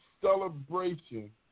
celebration